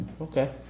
Okay